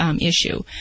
issue